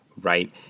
right